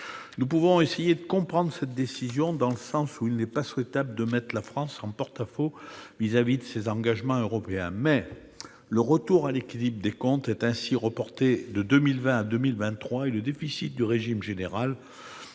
Nous pouvons essayer de comprendre cette décision, dans le sens où il n'est pas souhaitable de mettre la France en porte-à-faux au regard de ses engagements européens. Toutefois, le retour à l'équilibre des comptes est ainsi reporté de 2020 à 2023 et le déficit du régime général